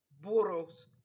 burros